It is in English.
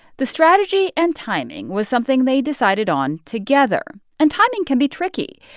the strategy and timing was something they decided on together, and timing can be tricky.